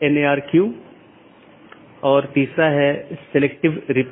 ये IBGP हैं और बहार वाले EBGP हैं